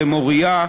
למוריה,